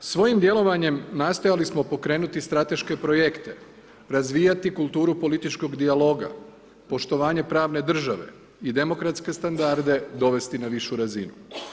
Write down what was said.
Svojim djelovanjem nastojali smo pokrenuti strateške projekte, razvijati kulturu političkog dijaloga, poštovanje pravne države i demokratske standarde dovesti na višu razinu.